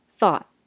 thought